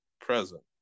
present